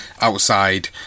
outside